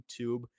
YouTube